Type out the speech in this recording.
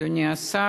אדוני השר,